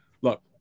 Look